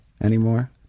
anymore